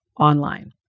online